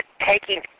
taking